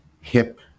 hip